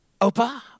Opa